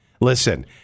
Listen